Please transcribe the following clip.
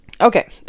Okay